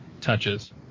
touches